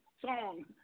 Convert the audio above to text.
song